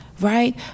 right